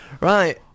right